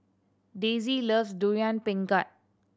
Daisye loves Durian Pengat